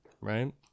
right